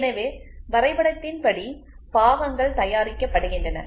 எனவே வரைபடத்தின் படி பாகங்கள் தயாரிக்கப்படுகின்றன